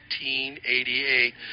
1988